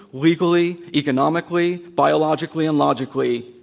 legally, economically, biologically, and logically,